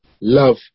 love